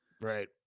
Right